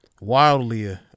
wildly